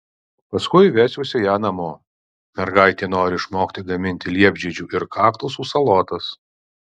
paskui vesiuosi ją namo mergaitė nori išmokti gaminti liepžiedžių ir kaktusų salotas